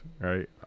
right